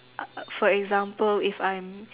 for example if I'm